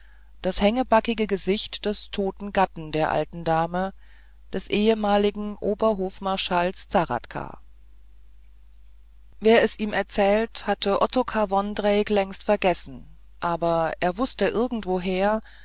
das hängebackige gesicht des toten gatten der alten dame des ehemaligen obersthofmarschalls zahradka wer es ihm erzählt hatte ottokar vondrejc längst vergessen aber er wußte irgendwoher